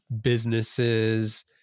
businesses